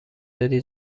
دادی